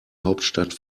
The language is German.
hauptstadt